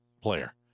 player